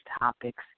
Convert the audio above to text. topics